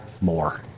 more